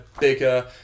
bigger